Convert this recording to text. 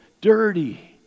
dirty